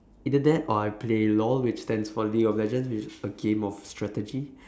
either that or I play LOL which stands for league of legends which is a game of strategy